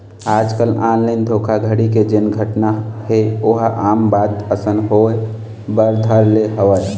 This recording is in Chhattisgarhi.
आजकल ऑनलाइन धोखाघड़ी के जेन घटना हे ओहा आम बात असन होय बर धर ले हवय